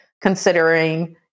considering